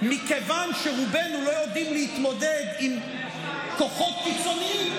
מכיוון שרובנו לא יודעים להתמודד עם כוחות קיצוניים,